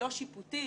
לא שיפוטית,